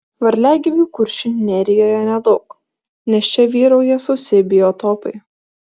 varliagyvių kuršių nerijoje nedaug nes čia vyrauja sausi biotopai